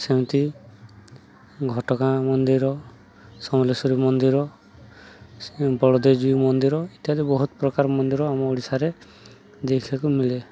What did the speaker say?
ସେମିତି ଘଟଗାଁ ମନ୍ଦିର ସମଲେଶ୍ୱରୀ ମନ୍ଦିର ବଳଦେବ ଜିୟୁ ମନ୍ଦିର ଇତ୍ୟାଦି ବହୁତ ପ୍ରକାର ମନ୍ଦିର ଆମ ଓଡ଼ିଶାରେ ଦେଖିବାକୁ ମିିଳେ